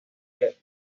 que